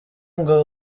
ngo